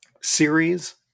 series